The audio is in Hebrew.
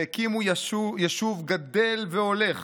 והקימו יישוב גדל והולך